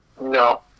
No